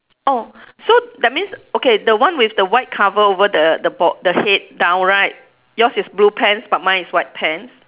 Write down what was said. oh so that means okay the one with the white cover over the the ba~ the head down right yours is blue pants but mine is white pants